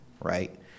right